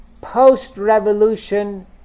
post-revolution